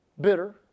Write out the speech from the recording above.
bitter